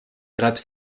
grappe